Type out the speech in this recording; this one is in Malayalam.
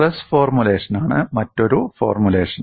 സ്ട്രെസ് ഫോർമുലേഷനാണ് മറ്റൊരു ഫോർമുലേഷൻ